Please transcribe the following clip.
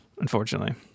unfortunately